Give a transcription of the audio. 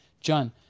John